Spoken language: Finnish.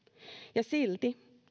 ja silti